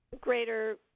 greater